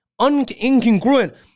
incongruent